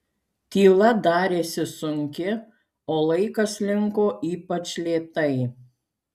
tyla darėsi sunki o laikas slinko ypač lėtai